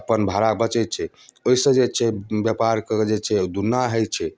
अपन भाड़ा बचै छै ओइसँ जे छै व्यापारके जे छै दुना हय छै